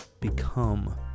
become